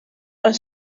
are